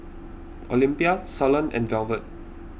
Olympia Suellen and Velvet